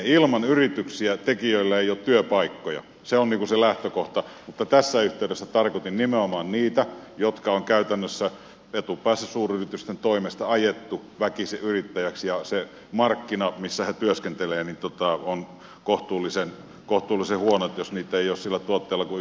ilman yrityksiä tekijöillä ei ole työpaikkoja se on se lähtökohta mutta tässä yhteydessä tarkoitin nimenomaan niitä jotka on käytännössä etupäässä suuryritysten toimesta ajettu väkisin yrittäjäksi ja ne markkinat missä he työskentelevät ovat kohtuullisen huonot jos ei ole sillä tuotteella kuin yksi ainut tilaaja